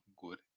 good